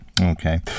Okay